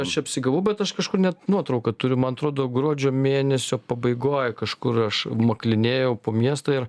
aš apsigavau bet aš kažkur net nuotrauką turiu man atrodo gruodžio mėnesio pabaigoj kažkur aš maklinėjau po miestą ir